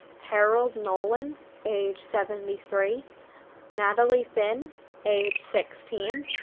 harold nolan age seventy three natalie finn age sixteen,